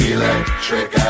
Electric